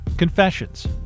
Confessions